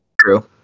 True